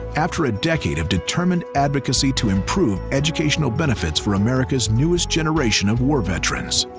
after a decade of determined advocacy to improve educational benefits for america's newest generation of war veterans,